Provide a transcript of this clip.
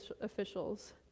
officials